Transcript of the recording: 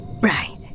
Right